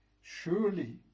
surely